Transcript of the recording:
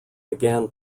began